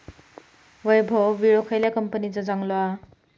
वैभव विळो खयल्या कंपनीचो चांगलो हा?